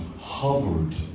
hovered